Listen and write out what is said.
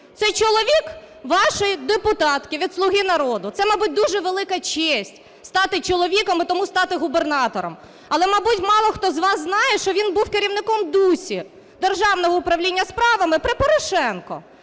Це чоловік вашої депутатки від "Слуги народу". Це, мабуть, дуже велика честь – стати чоловіком і тому стати губернатором. Але, мабуть, мало хто з вас знає, що він був керівником ДУС – Державного управління справами при Порошенкові.